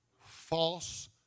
False